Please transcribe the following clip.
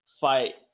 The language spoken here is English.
fight